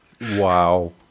Wow